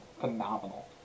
phenomenal